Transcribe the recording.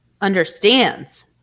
understands